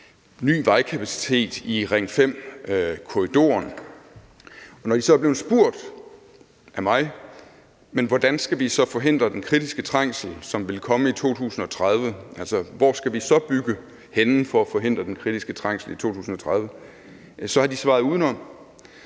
ny vejkapacitet i Ring 5-korridoren, og hvor de, når de så er blevet spurgt af mig, hvordan vi skal forhindre den kritiske trængsel, som vil komme i 2030 – altså, hvorhenne vi skal bygge for at forhindre den kritiske trængsel i 2030 – så har svaret udenom.